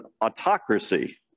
autocracy